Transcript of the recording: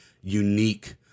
unique